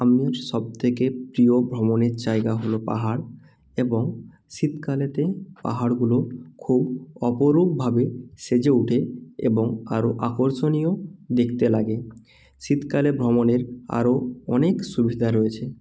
আমার সবথেকে প্রিয় ভ্রমণের জায়গা হল পাহাড় এবং শীতকালেতে পাহাড়গুলো খুব অপরূপভাবে সেজে ওঠে এবং আরো আকর্ষণীয় দেখতে লাগে শীতকালে ভ্রমণের আরো অনেক সুবিধা রয়েছে